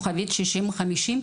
*6050,